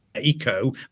eco